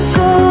go